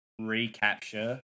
recapture